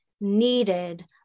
needed